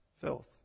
filth